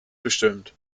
bestimmt